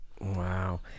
Wow